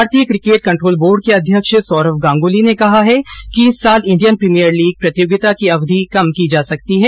भारतीय cricket control board के अध्यक्ष सौरव गांगुली ने कहा है कि इस साल इंडियन प्रीमियर लीग प्रतियोगिता की अवधि कम की जा सकती है